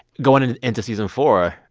going into into season four,